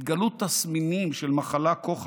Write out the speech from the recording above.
התגלו תסמינים של מחלה כה חמורה,